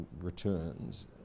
returns